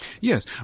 Yes